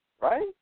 right